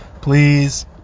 Please